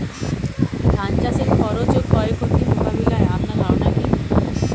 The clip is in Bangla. ধান চাষের খরচ ও ক্ষয়ক্ষতি মোকাবিলায় আপনার ধারণা কী?